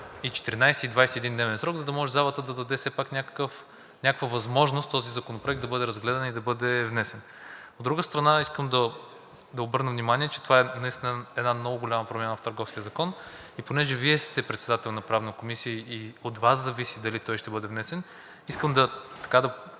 и 14- и 21-дневен срок, за да може залата да даде все пак някаква възможност този законопроект да бъде разгледан и да бъде внесен. От друга страна, искам да обърна внимание, че това наистина е една много голяма промяна в Търговския закон и понеже Вие сте председател на Правната комисия и от Вас зависи дали той ще бъде внесен, искам да изкажа